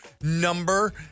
number